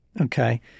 Okay